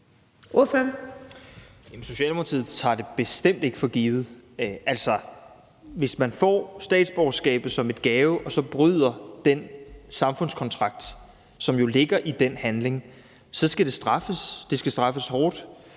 Socialdemokratiet tager det bestemt ikke for givet. Hvis man får statsborgerskabet som en gave og så bryder den samfundskontrakt, som jo ligger i den handling, skal det straffes. Det skal straffes hårdt.